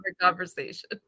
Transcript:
conversation